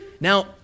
Now